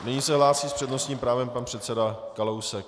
Nyní se hlásí s přednostním právem pan předseda Kalousek.